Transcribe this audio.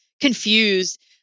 confused